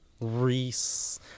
Reese